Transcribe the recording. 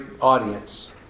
audience